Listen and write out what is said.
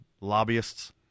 lobbyists